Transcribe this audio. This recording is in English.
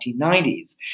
1990s